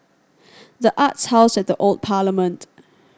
The Arts House at the Old Parliament